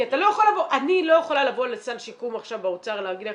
כי אני לא יכולה לבוא לסל שיקום עכשיו באוצר ולהגיד להם